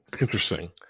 interesting